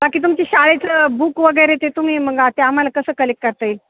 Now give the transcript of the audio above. बाकी तुमची शाळेचं बुक वगैरे ते तुम्ही मग आ ते आम्हाला कसं कलेक्ट करता येईल